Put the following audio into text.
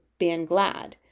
Banglad